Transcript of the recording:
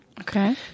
Okay